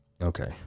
Okay